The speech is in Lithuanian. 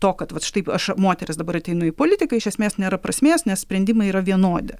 to kad vat štai aš moteris dabar ateinu į politiką iš esmės nėra prasmės nes sprendimai yra vienodi